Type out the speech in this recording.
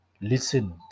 listen